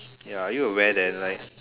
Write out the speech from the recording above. ya are you aware that like